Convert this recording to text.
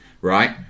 right